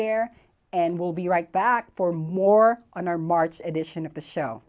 there and we'll be right back for more on our march edition of the show